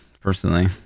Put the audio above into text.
personally